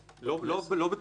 לא כך.